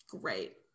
Great